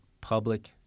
public